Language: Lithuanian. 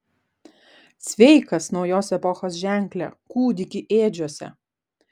sveikas naujos epochos ženkle kūdiki ėdžiose